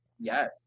Yes